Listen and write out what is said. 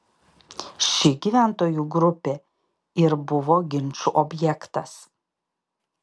ši gyventojų grupė ir buvo ginčų objektas